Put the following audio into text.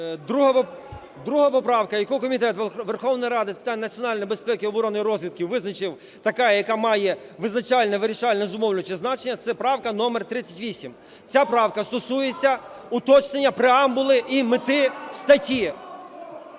Друга поправка, яку Комітет Верховної Ради з питань національної безпеки, оборони та розвідки визначив такою, яка має визначальне, вирішальне, зумовлююче значення, – це правка номер 38. Ця правка стосується уточнення преамбули і мети статті,